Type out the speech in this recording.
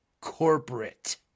corporate